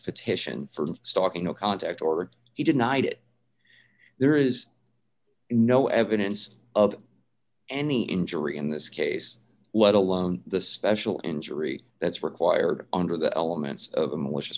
petition for stalking or contact or he denied it there is no evidence of any injury in this case let alone the special injury that's required under the elements of a malicious